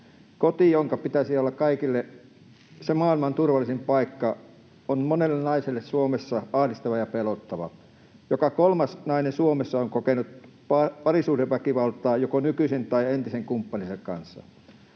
Koti, jonka pitäisi olla kaikille se maailman turvallisin paikka, on monelle naiselle Suomessa ahdistava ja pelottava. Joka kolmas nainen Suomessa on kokenut parisuhdeväkivaltaa joko nykyisen tai entisen kumppaninsa kanssa.